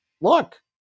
look